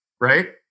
Right